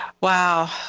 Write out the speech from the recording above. Wow